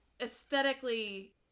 aesthetically